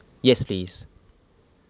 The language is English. yes please